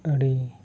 ᱟᱹᱰᱤ